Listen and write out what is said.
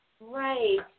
Right